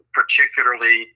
particularly